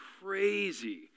crazy